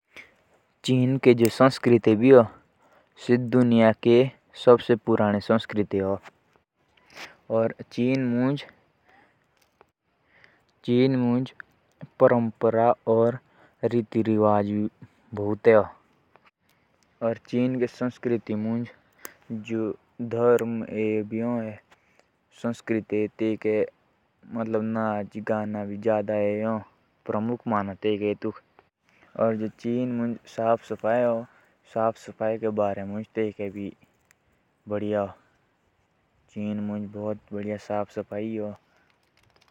चीन की जो संस्कृति है। वो बहुत पुरानी संस्कृति है। और वहाँ नाच गाना बहुत अच्छा मानते हैं।